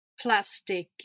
plastic